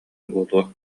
буолуо